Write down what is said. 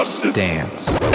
dance